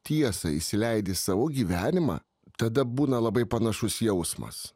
tiesą įsileidi į savo gyvenimą tada būna labai panašus jausmas